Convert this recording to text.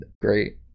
Great